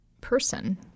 person